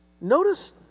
Notice